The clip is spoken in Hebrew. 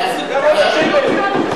רק לדבר.